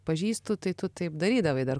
pažįstu tai tu taip darydavai dar